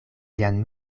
lian